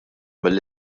mill